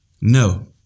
No